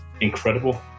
incredible